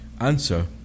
answer